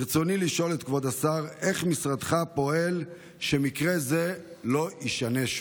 ברצוני לשאול את כבוד השר: איך משרדך פועל כדי שמקרה זה לא יישנה?